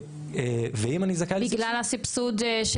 בגלל הסבסוד?